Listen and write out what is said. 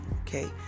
okay